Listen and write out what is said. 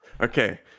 Okay